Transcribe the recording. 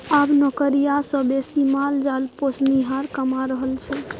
आब नौकरिया सँ बेसी माल जाल पोसनिहार कमा रहल छै